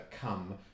come